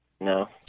No